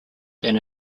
than